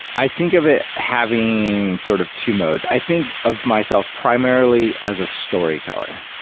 i think of it having sort of two modes. i think of myself primarily as a storyteller.